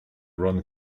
run